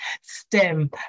STEM